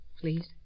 please